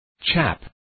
Chap